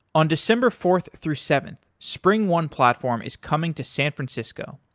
on december fourth through seventh, springone platform is coming to san francisco.